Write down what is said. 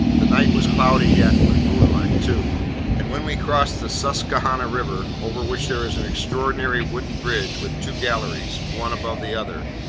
the night was cloudy yet, but moonlight too and when we crossed the susquehanna river over which there is an extraordinary wooden bridge with two galleries, one above the other,